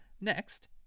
Next